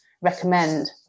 recommend